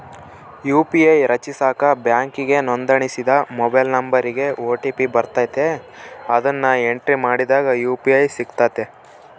UPI ರಚಿಸಾಕ ಬ್ಯಾಂಕಿಗೆ ನೋಂದಣಿಸಿದ ಮೊಬೈಲ್ ನಂಬರಿಗೆ ಓ.ಟಿ.ಪಿ ಬರ್ತತೆ, ಅದುನ್ನ ಎಂಟ್ರಿ ಮಾಡಿದಾಗ ಯು.ಪಿ.ಐ ಸಿಗ್ತತೆ